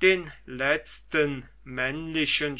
den letzten männlichen